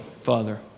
Father